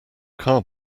car